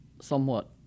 somewhat